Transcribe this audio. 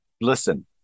listen